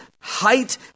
height